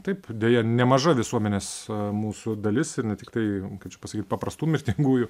taip deja nemaža visuomenės mūsų dalis ir ne tiktai kaip čia pasakyt paprastų mirtingųjų